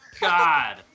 god